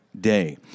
day